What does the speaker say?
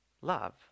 love